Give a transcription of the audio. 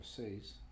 overseas